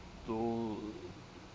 to